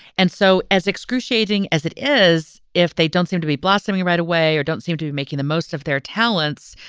and so as excruciating as it is, if they don't seem to be blossoming right away or don't seem to making the most of their talents,